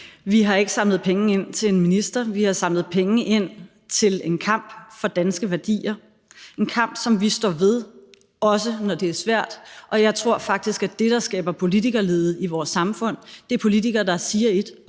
Vi har ikke samlet penge ind til en minister. Vi har samlet penge ind til en kamp for danske værdier, en kamp, som vi står ved, også når det er svært. Jeg tror faktisk, at det, der skaber politikerlede i vores samfund, er politikere, der siger ét